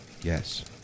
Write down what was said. Yes